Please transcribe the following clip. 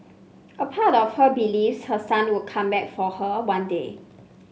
a part of her believes her son would come back for her one day